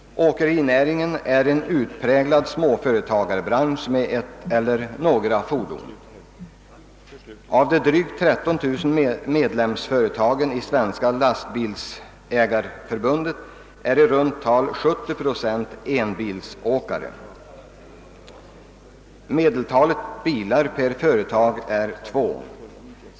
Åkerinäringen är en utpräglad småföretagarbransch, av företagare med endast ett eller några få fordon. Av de drygt 13 000 medlemsföretagen i Svenska lasttrafikbilägareförbundet är i runt tal 70 procent enbilsåkerier. Medeltalet bilar per företag är två.